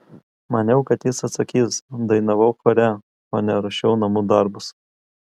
maniau kad jis atsakys dainavau chore o ne ruošiau namų darbus